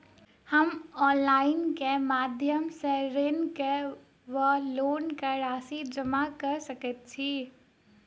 हम ऑनलाइन केँ माध्यम सँ ऋणक वा लोनक राशि जमा कऽ सकैत छी?